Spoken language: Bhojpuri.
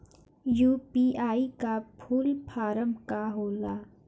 यू.पी.आई का फूल फारम का होला?